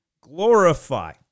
glorify